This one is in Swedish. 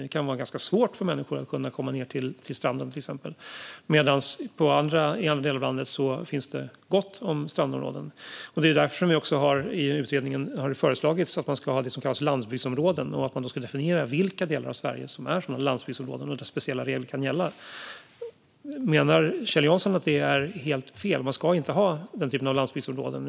Det kan vara ganska svårt för människor att komma ned till stranden, till exempel, medan det i andra delar av landet finns gott om strandområden. Därför har det föreslagits i utredningen att man ska ha det som kallas landsbygdsområden, vilket innebär att man skulle definiera vilka delar av Sverige som är sådana landsbygdsområden där speciella regler kan gälla. Menar Kjell Jansson att det är helt fel? Ska man inte ha den typen av landsbygdsområden?